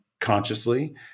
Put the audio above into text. consciously